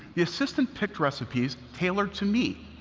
the assistant picked recipes tailored to me.